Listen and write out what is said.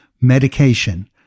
medication